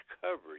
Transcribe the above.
coverage